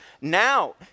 now